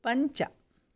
पञ्च